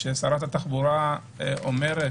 ששרת התחבורה אומרת: